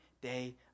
day